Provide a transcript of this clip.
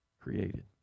Created